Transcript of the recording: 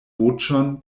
voĉon